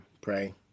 pray